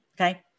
okay